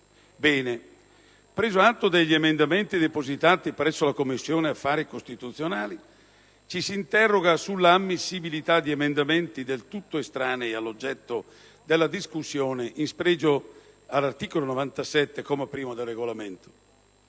Ebbene, preso atto degli emendamenti depositati presso la Commissione affari costituzionali, ci si interroga sull'ammissibilità di emendamenti del tutto estranei all'oggetto della discussione, in spregio dell'articolo 97, comma 1, del Regolamento.